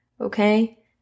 Okay